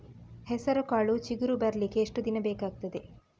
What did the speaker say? ಹೆಸರುಕಾಳು ಚಿಗುರು ಬರ್ಲಿಕ್ಕೆ ಎಷ್ಟು ದಿನ ಬೇಕಗ್ತಾದೆ?